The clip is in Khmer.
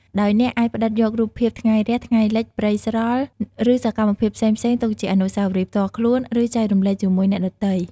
ដោយអ្នកអាចផ្តិតយករូបភាពថ្ងៃរះ ថ្ងៃលិច ព្រៃស្រល់ ឬសកម្មភាពផ្សេងៗទុកជាអនុស្សាវរីយ៍ផ្ទាល់ខ្លួន ឬចែករំលែកជាមួយអ្នកដទៃ។